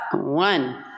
One